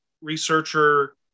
researcher